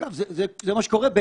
אגב, זה מה שקורה.